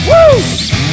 Woo